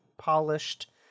polished